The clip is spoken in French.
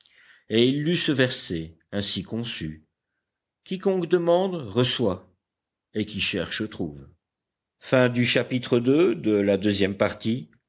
et il lut ce verset ainsi conçu quiconque demande reçoit et qui cherche trouve chapitre iii